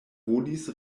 volis